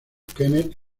kenneth